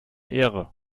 ehre